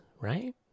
right